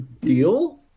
Deal